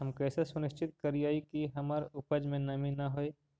हम कैसे सुनिश्चित करिअई कि हमर उपज में नमी न होय?